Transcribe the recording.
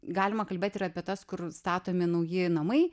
galima kalbėti ir apie tas kur statomi nauji namai